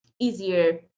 easier